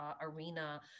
arena